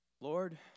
Lord